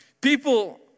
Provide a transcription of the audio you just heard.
people